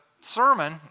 sermon